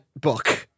book